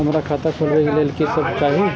हमरा खाता खोलावे के लेल की सब चाही?